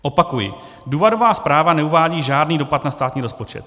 Opakuji, důvodová zpráva neuvádí žádný dopad na státní rozpočet.